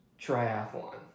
triathlon